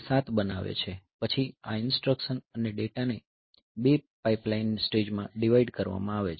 તે 7 બનાવે છે પછી આ ઇન્સટ્રકશન અને ડેટાને 2 પાઇપલાઇન સ્ટેજમાં ડિવાઈડ કરવામાં આવે છે